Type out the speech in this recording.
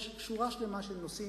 יש שורה שלמה של נושאים.